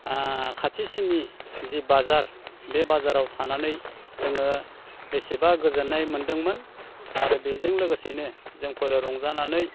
ओ खाथिसिननि जे बाजार बे बाजाराव थानानै जोङो बेसेबा गोजोननाय मोनदोंमोन आरो बेजों लोगोसेनो जोंफोरो रंजानानै